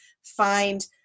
Find